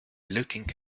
looking